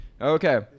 Okay